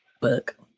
book